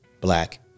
Black